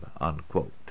unquote